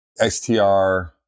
XTR